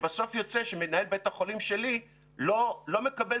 ובסוף יוצא שמנהל בית החולים שלי לא מקבל